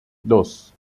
dos